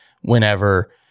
whenever